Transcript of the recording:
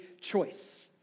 choice